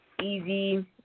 Easy